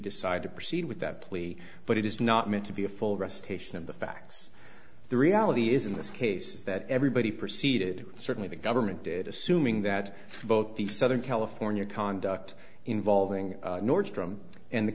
decide to proceed with that plea but it is not meant to be a full restoration of the facts the reality is in this case is that everybody proceeded certainly the government did assuming that both the southern california conduct involving nordstrom and the